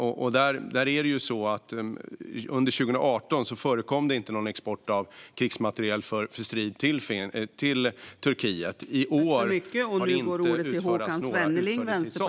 Under 2018 förekom ingen export av krigsmateriel för strid till Turkiet, och i år har det inte utfärdats några utförseltillstånd.